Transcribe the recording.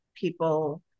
people